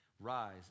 Rise